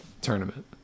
tournament